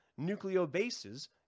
nucleobases